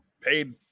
paid